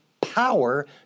power